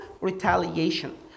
retaliation